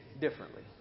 differently